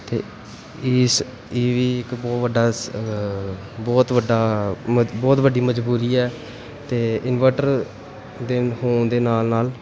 ਅਤੇ ਇਸ ਇਹ ਵੀ ਇੱਕ ਬਹੁਤ ਵੱਡਾ ਸ ਬਹੁਤ ਵੱਡਾ ਮ ਬਹੁਤ ਵੱਡੀ ਮਜਬੂਰੀ ਹੈ ਅਤੇ ਇਨਵਟਰ ਦੇ ਹੋਣ ਦੇ ਨਾਲ ਨਾਲ